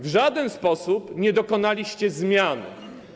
W żaden sposób nie dokonaliście zmiany.